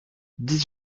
dix